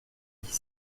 dix